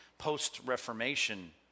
Post-Reformation